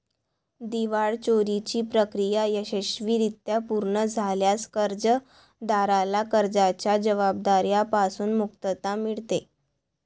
दिवाळखोरीची प्रक्रिया यशस्वीरित्या पूर्ण झाल्यास कर्जदाराला कर्जाच्या जबाबदार्या पासून मुक्तता मिळते